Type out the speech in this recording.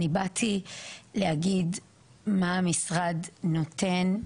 אני באתי להגיד מה המשרד נותן,